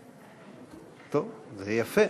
בבקשה.